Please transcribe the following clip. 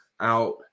out